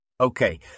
Okay